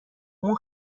اون